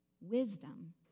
Wisdom